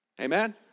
Amen